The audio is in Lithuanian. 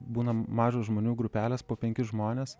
būnam mažos žmonių grupelės po penkis žmones